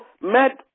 met